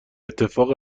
اتفاق